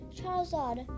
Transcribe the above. Charizard